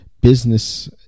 business